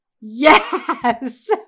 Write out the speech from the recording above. Yes